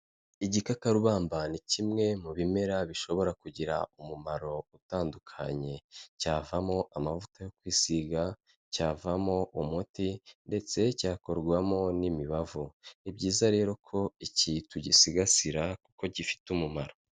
Igikakarubamba ni kimwe mu bimera bishobora kugira umumaro utandukanye. Cyavamo amavuta yo kwisiga, cyavamo umuti ndetse cyakorwamo n'imibavu. Ni byiza rero ko iki, tugisigasira kuko gifite umumaro.